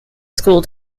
school